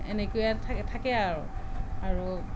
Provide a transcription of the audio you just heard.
এনেকৈয়ে থাকে আৰু আৰু